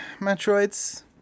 Metroids